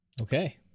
Okay